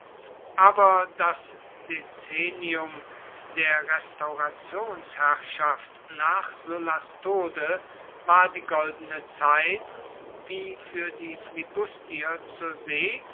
aber das dezennium der restaurationsherrschaft nach sullas tode ward die goldene zeit wie für die flibustier zur see